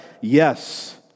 Yes